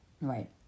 Right